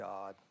God